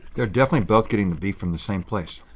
they're definitely both getting the beef from the same place.